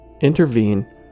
intervene